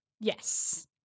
Yes